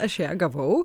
aš ją gavau